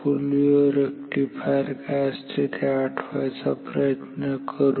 त्यामुळे full wave rectifier काय असते ते आठवायचा प्रयत्न करू